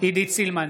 עידית סילמן,